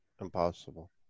Impossible